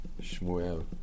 Shmuel